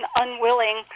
unwilling